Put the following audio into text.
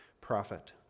prophet